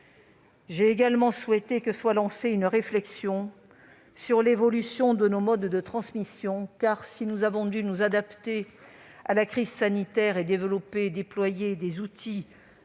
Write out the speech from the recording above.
J'ai également souhaité que soit lancée une réflexion sur l'évolution de nos modes de transmission, car, si nous avons dû nous adapter à la crise sanitaire et développer et déployer des outils